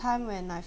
time when I